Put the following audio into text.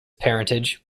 parentage